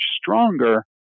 stronger